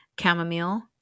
chamomile